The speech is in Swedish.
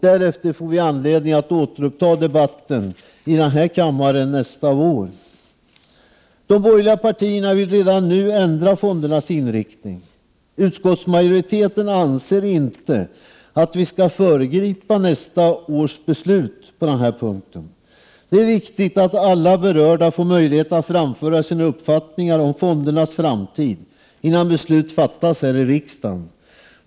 Därefter får vi anledning att återuppta debatten i denna kammare nästa år. De borgerliga partierna vill redan nu ändra fondernas inriktning. Utskottsmajoriteten anser inte att vi skall föregripa nästa års beslut. Det är viktigt att alla berörda får möjlighet att framföra sina uppfattningar om fondernas framtid innan beslut fattas här i riksdagen.